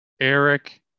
Eric